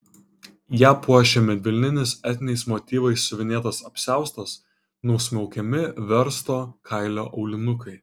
ją puošė medvilninis etniniais motyvais siuvinėtas apsiaustas nusmaukiami versto kailio aulinukai